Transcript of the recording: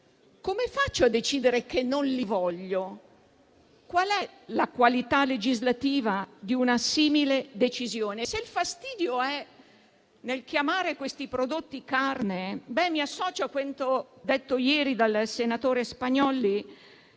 come faccio a decidere che non li voglio? Qual è la qualità legislativa di una simile decisione? Se il fastidio è nel chiamare questi prodotti "carne", mi associo a quanto detto ieri dal senatore Spagnolli: